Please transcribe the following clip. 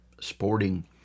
sporting